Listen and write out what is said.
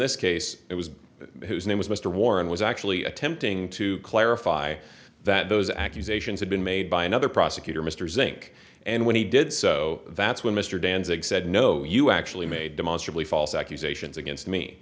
this case it was whose name was mr warren was actually attempting to clarify that those accusations had been made by another prosecutor mr zink and when he did so that's when mr danzig said no you actually made demonstrably false accusations against me